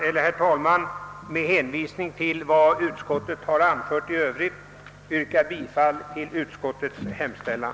Jag ber att med hänvisning till vad utskottet i övrigt har anfört få yrka bifall till dess hemställan.